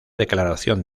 declaración